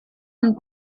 und